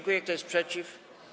Kto jest przeciw?